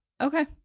Okay